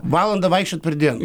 valandą vaikščiot per dieną